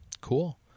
Cool